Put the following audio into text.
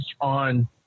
on